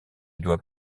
doit